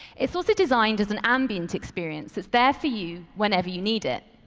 it's also designed as an ambient experience. it's there for you whenever you need it.